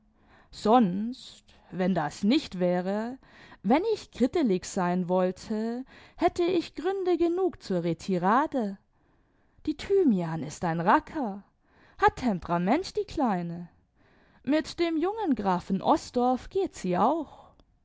sonst wenn das nicht wäre wenn ich krittelig sein wollte hätte ich gründe genug zur retirade die thymian ist ein racker hat temperament die kleine mit dem jungen grafen osdorff geht sie auch